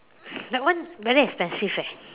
that one very expensive eh